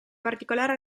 particolare